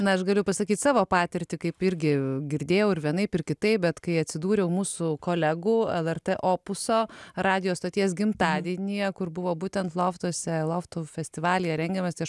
na aš galiu pasakyt savo patirtį kaip irgi girdėjau ir vienaip ir kitaip bet kai atsidūriau mūsų kolegų lrt opuso radijo stoties gimtadienyje kur buvo būtent loftuose loftų festivalyje rengiamas tai aš